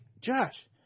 Josh